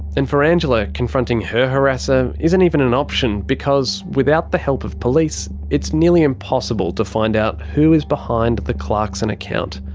and for angela, confronting her harasser isn't even an option because without the help of police it's nearly impossible to find out who is behind the clarkson account.